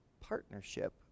partnership